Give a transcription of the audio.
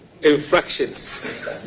infractions